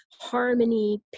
harmony